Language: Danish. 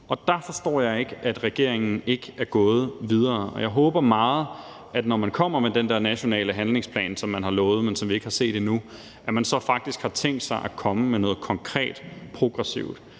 Der forstår jeg ikke, at regeringen ikke er gået videre. Jeg håber meget, at når man kommer med den der nationale handlingsplan, som man har lovet, men som vi ikke har set endnu, så har man faktisk tænkt sig at komme med noget konkret progressivt.